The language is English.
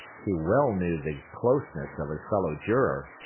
he well knew the closeness of his fellow juror.